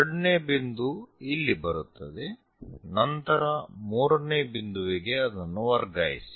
ಎರಡನೇ ಬಿಂದು ಇಲ್ಲಿ ಬರುತ್ತದೆ ನಂತರ ಮೂರನೇ ಬಿಂದುವಿಗೆ ಅದನ್ನು ವರ್ಗಾಯಿಸಿ